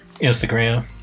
Instagram